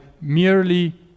merely